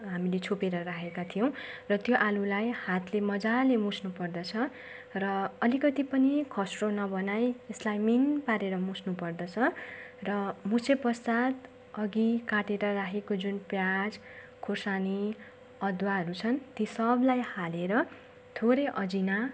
हामीले छोपेर राखेका थियौँ र त्यो आलुलाई हातले मजाले मुस्नुपर्दछ र अलिकति पनि खस्रो नबनाई त्यसलाई मिहिन पारेर मुस्नुपर्दछ र मुछेपश्चात अघि काटेर राखेको जुन पियाज खोर्सानी अदुवाहरू छन् ती सबलाई हालेर थोरै अजिना